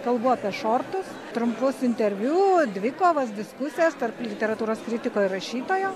kalbu apie šortus trumpus interviu dvikovas diskusijas tarp literatūros kritiko ir rašytojo